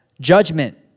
Judgment